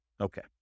Okay